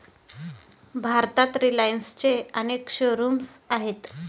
भारतात रिलायन्सचे अनेक शोरूम्स आहेत